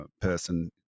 person